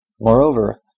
Moreover